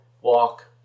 walk